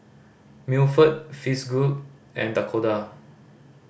Milford Fitzhugh and Dakoda